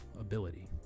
ability